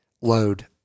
load